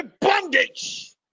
bondage